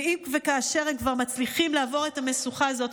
אם וכאשר הם כבר מצליחים לעבור את המשוכה הזאת,